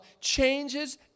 changes